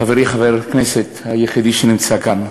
חברי חבר הכנסת היחידי שנמצא כאן,